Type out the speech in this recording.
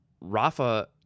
Rafa